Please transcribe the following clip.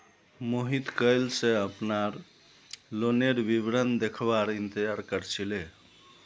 मोहित कइल स अपनार लोनेर विवरण देखवार इंतजार कर छिले